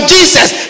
Jesus